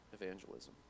evangelism